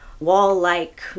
wall-like